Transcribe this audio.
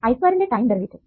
I2 ന്റെ time derivative